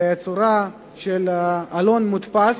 בצורה של עלון מודפס,